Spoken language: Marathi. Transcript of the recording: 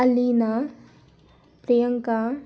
अलीना प्रियंका